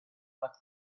that